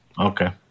okay